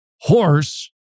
horse